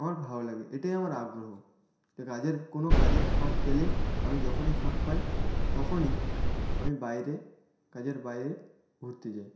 আমার ভালো লাগে এটাই আমার আগ্রহ কাজের কোনো কাজের ফাঁক পেলেই আমি যখনই ফাঁক পাই তখনই আমি বাইরে কাজের বাইরে ঘুরতে যাই